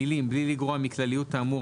המילים "בלי לגרוע מכלליות האמור,